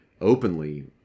openly